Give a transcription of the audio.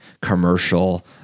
commercial